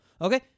okay